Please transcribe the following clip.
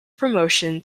promotion